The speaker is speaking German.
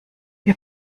wir